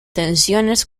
tensiones